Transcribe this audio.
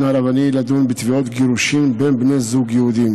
הרבני לדון בתביעות גירושין בין בני זוג יהודים,